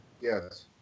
yes